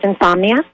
insomnia